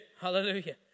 Hallelujah